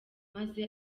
maze